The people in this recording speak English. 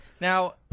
now